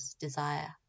desire